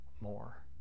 more